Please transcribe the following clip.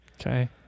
Okay